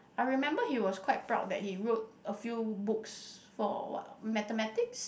I remember he was quite proud that he wrote a few books for what mathematics